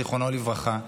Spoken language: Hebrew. זיכרונו לברכה.